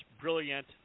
brilliant